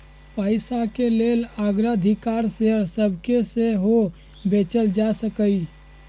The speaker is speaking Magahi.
पइसाके लेल अग्राधिकार शेयर सभके सेहो बेचल जा सकहइ